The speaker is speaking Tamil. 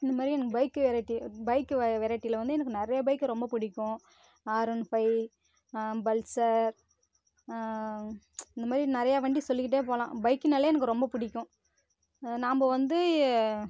இந்த மாதிரி எனக்கு பைக்கு வெரைட்டி பைக்கு வெரைட்டில் வந்து எனக்கு நிறையா பைக் ரொம்ப பிடிக்கும் ஆர்ஒன்ஃபை பல்சர் இந்த மாதிரி நிறையா வண்டி சொல்லிகிட்டே போகலாம் பைக்குன்னாலே எனக்கு ரொம்ப பிடிக்கும் நாம வந்து